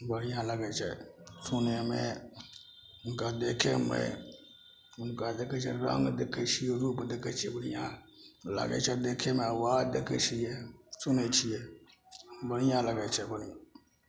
बढ़िआँ लागै छै सुनैमे उनका देखैमे उनका देखै छियनि रङ्ग देखै छियै रूप देखै छियै बढ़िआँ लागै छै देखैमे उहाँ देखै छियै सुनै छियै बढ़िआँ लगै छै अपन